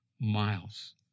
miles